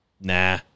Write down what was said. Nah